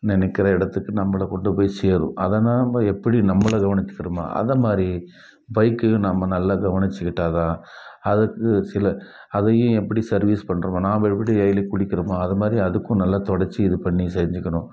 நினைக்கிற இடத்துக்கு நம்மளை கொண்டு போய் சேரும் அதை நாம் எப்படி நம்மளை கவனிச்சுக்கிறமோ அதை மாதிரி பைக்கையும் நாம் நல்லா கவனிச்சுக்கிட்டா தான் அதுக்கு சில அதையும் எப்படி சர்வீஸ் பண்ணுறது நாம் எப்படி டெய்லியும் குளிக்கிறோமோ அது மாதிரி அதுக்கும் நல்லா துடச்சு இது பண்ணி செஞ்சுக்கணும்